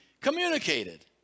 communicated